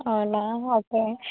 అవునా ఓకే